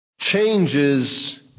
changes